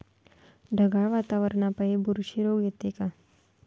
ढगाळ वातावरनापाई बुरशी रोग येते का?